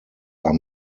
are